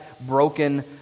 broken